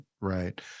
right